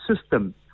system